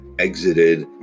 exited